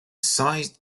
sized